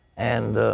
and